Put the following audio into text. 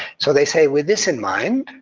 so they say, with this in mind,